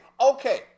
Okay